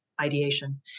ideation